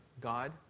God